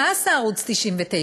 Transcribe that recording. מה עשה ערוץ 99?